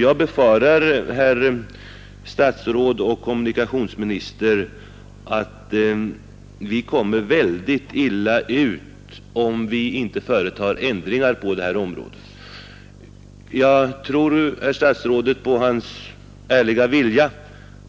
Jag befarar, herr kommunikationsminister, att vi råkar väldigt illa ut om vi inte företar ändringar på det här området. Jag tror på herr statsrådets ärliga vilja